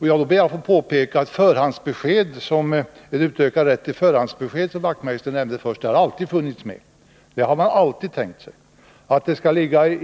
Han nämnde bl.a. den utökade rätten till " förhandsbesked, men jag ber att få påpeka att rätt till förhandsbesked alltid har funnits med — man har alltid tänkt sig att den rätten skulle finnas.